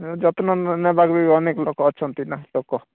ହଁ ଯତ୍ନ ନେବାକୁ ବି ଅନେକ ଲୋକ ଅଛନ୍ତି ନା ଲୋକ